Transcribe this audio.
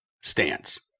stance